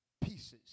pieces